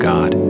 God